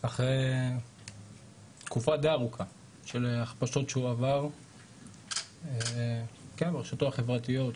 אחרי תקופה דיי ארוכה של הכפשות שהוא עבר ברשתות החברתיות,